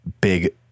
big